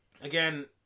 again